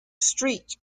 street